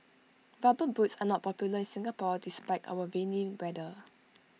rubber boots are not popular in Singapore despite our rainy weather